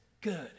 good